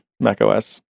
MacOS